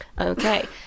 Okay